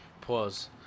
Pause